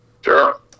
Sure